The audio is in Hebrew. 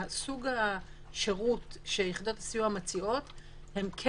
סוג השירות שיחידות הסיוע מציעות זה כן